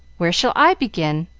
where shall i begin?